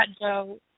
Joe